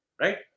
Right